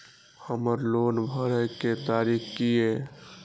हमर लोन भरय के तारीख की ये?